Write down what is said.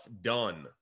done